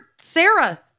Sarah